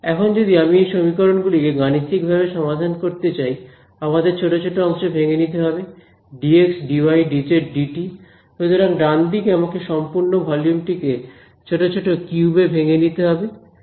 এখন যদি আমি এই সমীকরণ গুলিকে গাণিতিকভাবে সমাধান করতে চাই আমাদের ছোট ছোট অংশে ভেঙে নিতে হবে dx dy dz dt সুতরাং ডানদিকে আমাকে সম্পূর্ণ ভলিউম টিকে ছোট ছোট কিউব এ ভেঙে নিতে হবে